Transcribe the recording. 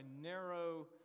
narrow